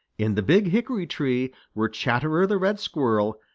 in the big hickory-tree were chatterer the red squirrel,